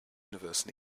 universe